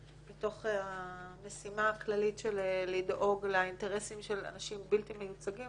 מתוך המשימה הכללית של לדאוג לאינטרסים של אנשים בלתי מיוצגים,